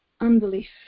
unbelief